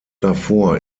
davor